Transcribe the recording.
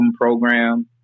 program